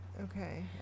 Okay